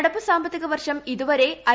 നടപ്പു സാമ്പത്തിക വർഷം ഇതുവരെ ഐ